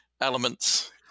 elements